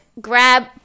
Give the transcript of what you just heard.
grab